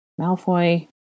Malfoy—